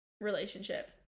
relationship